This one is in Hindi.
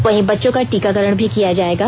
वहीं बच्चों का टीकाकरण भी किया जाएगा